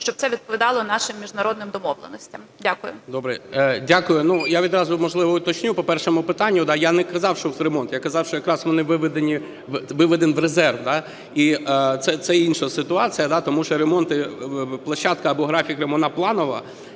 щоб це відповідало нашим міжнародним домовленостям. Дякую. 10:28:18 ГАЛУЩЕНКО Г.В. Дякую. Ну, я відразу, можливо, уточню по першому питанню. Я не казав, що ремонт, я казав, що якраз він виведений в резерв. І це інша ситуація. Тому що ремонти… площадка або графік ремонту плановий,